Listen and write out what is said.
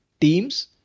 teams